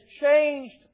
changed